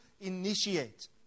initiate